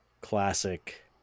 classic